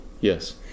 Yes